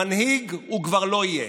מנהיג הוא כבר לא יהיה.